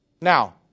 Now